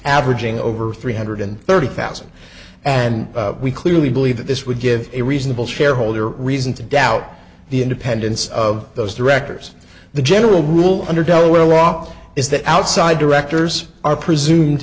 averaging over three hundred thirty thousand and we clearly believe that this would give a reasonable shareholder reason to doubt the independence of those directors the general rule under delaware rock is that outside directors are presumed